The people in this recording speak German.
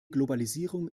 globalisierung